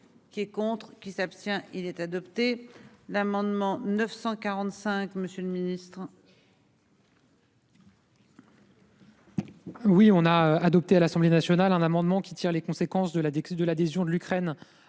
Qui est contre qui s'abstient. Il est adopté. L'amendement 945, Monsieur le Ministre.-- Oui, on a adopté à l'Assemblée nationale un amendement qui tire les conséquences de la décrue de l'adhésion de l'Ukraine